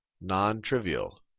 Non-trivial